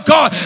God